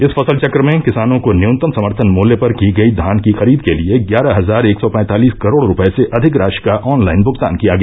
इस फसल चक्र में किसानों को न्यूनतम समर्थन मूल्य पर की गई धान की खरीद के लिए ग्यारह हजार एक सौ पैंतालीस करोड रूपये से अधिक राशि का ऑनलाइन भगतान किया गया